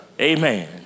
amen